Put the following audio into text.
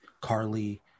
Carly